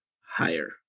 higher